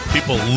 People